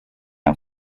and